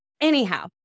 Anyhow